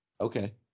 Okay